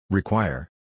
Require